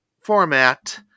format